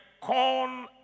corn